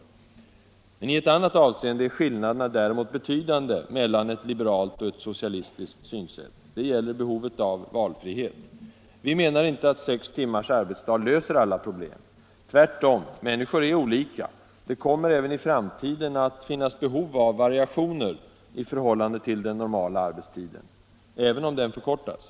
Nr 44 I ett annat avseende är skillnaderna däremot betydande mellan ett Fredagen den liberalt och ett socialistiskt synsätt. Det gäller behovet av valfrihet. Vi 21 mars 1975 menar inte att sex timmars arbetsdag löser alla problem. Tvärtom, män niskor är olika. Det kommer även i framtiden att finnas behov av va — Semesteroch vissa riationer i förhållande till den normala arbetstiden, även om den förkortas.